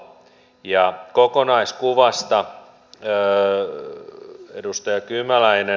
ja kokonaiskuvasta edustaja kymäläinen